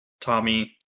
Tommy